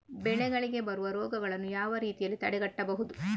ಬೆಳೆಗಳಿಗೆ ಬರುವ ರೋಗಗಳನ್ನು ಯಾವ ರೀತಿಯಲ್ಲಿ ತಡೆಗಟ್ಟಬಹುದು?